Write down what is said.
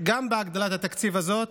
גם בהגדלת התקציב הזאת